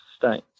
sustain